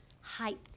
height